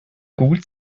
gut